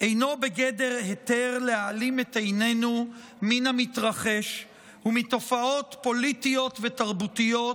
אינו בגדר היתר להעלים את עינינו מן המתרחש ומתופעות פוליטיות ותרבותיות